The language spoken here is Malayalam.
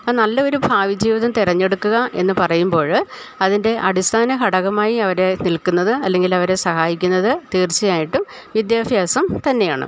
നല്ലൊരു ഭാവിജീവിതം തിരഞ്ഞെടുക്കുക എന്ന് പറയുമ്പോഴ് അതിൻ്റെ അടിസ്ഥാന ഘടകമായി അവരെ നിൽക്കുന്നത് അല്ലെങ്കിലവരെ സഹായിക്കുന്നത് തീർച്ചയായിട്ടും വിദ്യാഭ്യാസം തന്നെയാണ്